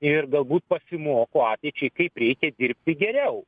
ir galbūt pasimoko ateičiai kaip reikia dirbti geriau